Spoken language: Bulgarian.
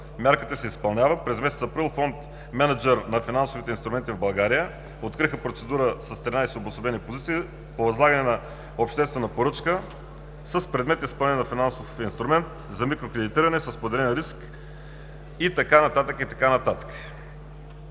мярката се изпълнява. През месец април Фонд „Мениджър на финансовите инструменти в България“ откри процедура с 13 обособени позиции по възлагане на обществена поръчка с предмет „Изпълнение на финансов инструмент“ за микрокредитиране със споделен риск и така нататък,